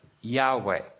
Yahweh